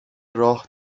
راه